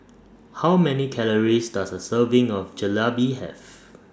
How Many Calories Does A Serving of Jalebi Have